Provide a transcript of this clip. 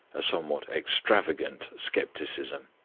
a somewhat extravagant scepticism.